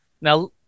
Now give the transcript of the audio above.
Now